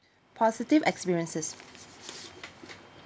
positive experiences